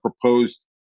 proposed